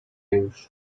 już